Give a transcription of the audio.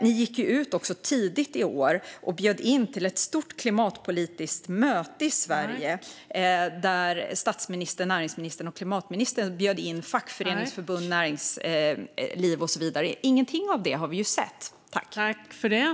Regeringen gick också ut tidigt i år och bjöd in till ett stort klimatpolitiskt möte i Sverige där statsministern, näringsministern och miljö och klimatministern bjöd in fackförbund, näringsliv och så vidare. Men av det har vi inget sett.